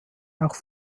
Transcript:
auch